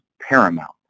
paramount